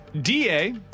DA